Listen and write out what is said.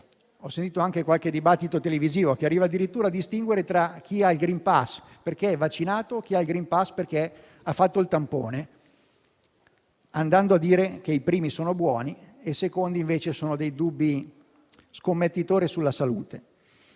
Ho sentito anche qualche dibattito televisivo in cui si è arrivati addirittura a distinguere tra chi ha il *green pass* perché è vaccinato e chi ha il *green pass* perché ha fatto il tampone, sostenendo che i primi sono buoni e i secondi invece sono dei dubbi scommettitori sulla salute.